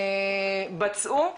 בצעו.